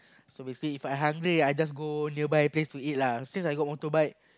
so basically If I hungry I just go nearby place to eat lah since I got motorbike